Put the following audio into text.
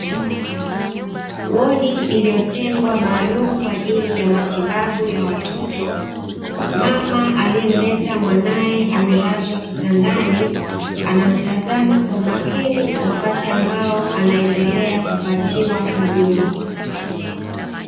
Wodi iliyotengwa maalumu kwa ajili ya matibabu ya watoto. Mama aliyemleta mwanae amelazwa kitandani, anamtazama kwa makini wakati ambao anaendelea kupatiwa huduma.